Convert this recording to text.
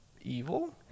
evil